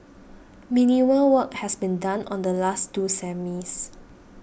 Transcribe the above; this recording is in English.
minimal work has been done on the last two semis